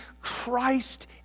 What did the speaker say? Christ